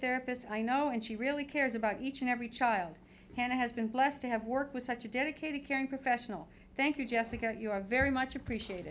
therapists i know and she really cares about each and every child has been blessed to have worked with such a dedicated caring professional thank you jessica you are very much appreciate